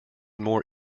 more